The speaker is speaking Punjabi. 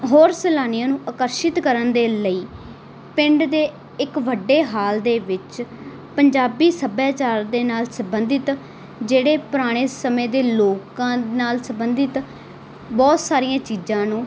ਹੋਰ ਸੈਲਾਨੀਆਂ ਨੂੰ ਆਕਰਸ਼ਿਤ ਕਰਨ ਦੇ ਲਈ ਪਿੰਡ ਦੇ ਇੱਕ ਵੱਡੇ ਹਾਲ ਦੇ ਵਿੱਚ ਪੰਜਾਬੀ ਸੱਭਿਆਚਾਰ ਦੇ ਨਾਲ ਸਬੰਧਿਤ ਜਿਹੜੇ ਪੁਰਾਣੇ ਸਮੇਂ ਦੇ ਲੋਕਾਂ ਨਾਲ ਸਬੰਧਿਤ ਬਹੁਤ ਸਾਰੀਆਂ ਚੀਜ਼ਾਂ ਨੂੰ